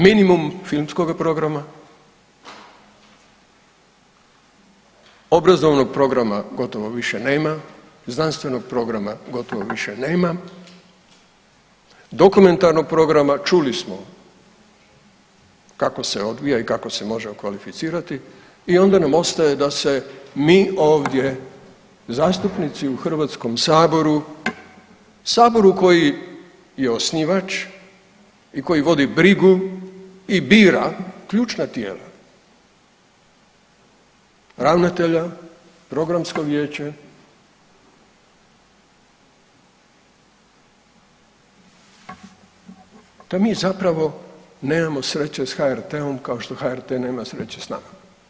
Minimum filmskoga programa, obrazovnog programa gotovo više nema, znanstvenog programa gotovo više nema, dokumentarnog programa, čuli smo, kako se odvija i kako se može okvalificirati i onda nam ostaje da se mi ovdje, zastupnici u HS-u, Saboru koji je osnivač i koji vodi brigu i bira ključna tijela ravnatelja, Programsko vijeće, da mi zapravo nemamo sreće s HRT-om, kao što HRT nema sreće s nama.